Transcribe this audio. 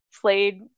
played